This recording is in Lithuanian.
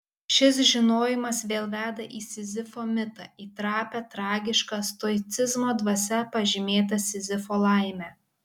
šis žinojimas vėl veda į sizifo mitą į trapią tragišką stoicizmo dvasia pažymėtą sizifo laimę